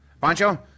Pancho